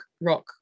rock